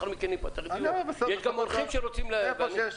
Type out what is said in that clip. יש גם אורחים שרוצים לדבר.